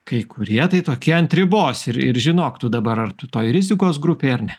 kai kurie tai tokie ant ribos ir ir žinok tu dabar ar tu toj rizikos grupėj ar ne